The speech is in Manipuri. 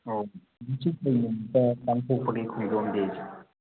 ꯑꯧ ꯍꯧꯖꯤꯛꯁꯤ ꯀꯔꯤ ꯅꯨꯃꯤꯠꯇ ꯄꯥꯡꯊꯣꯛꯄꯒꯦ ꯈꯣꯡꯖꯣꯝ ꯗꯦꯁꯦ